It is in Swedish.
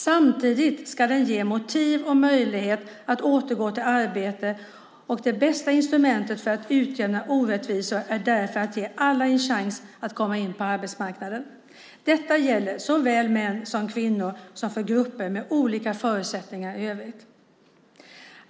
Samtidigt ska den ge motiv och möjlighet att återgå till arbete, och det bästa instrumentet för att utjämna orättvisor är därför att ge alla en chans att komma in på arbetsmarknaden. Detta gäller såväl män och kvinnor som grupper med olika förutsättningar i övrigt.